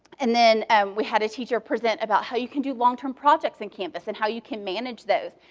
and then we had a teacher present about how you can do long term projects in canvas, and how you can manage those.